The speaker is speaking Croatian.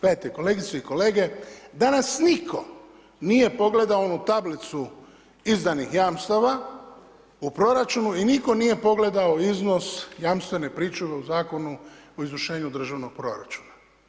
Gledajte kolegice i kolege danas nitko nije pogledao tablicu izdanih jamstava u proračunu i nitko nije pogledao iznos jamstvene pričuve u Zakonu o izvršenju državnog proračuna.